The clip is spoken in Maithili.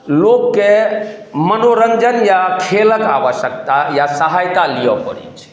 लोकके मनोरञ्जन या खेलक आवश्यकता या सहायता लिअ पड़य छै